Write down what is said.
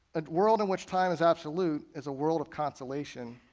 a world in which time is absolute is a world of consolation.